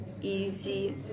easy